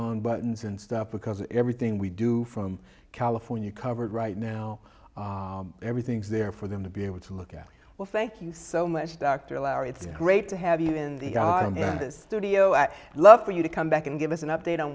on buttons and stuff because everything we do from california covered right now everything's there for them to be able to look at well thank you so much dr lowery it's great to have even the garden in this studio at love for you to come back and give us an update on